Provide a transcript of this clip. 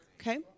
Okay